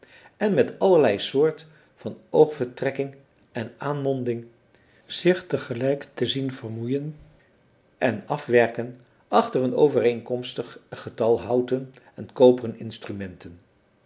en met allerlei soort van oogvertrekking en aanmonding zich te gelijk te zien vermoeien en afwerken achter een overeenkomstig getal houten en koperen instrumenten